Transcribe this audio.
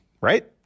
Right